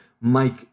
Mike